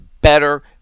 better